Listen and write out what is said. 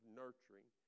nurturing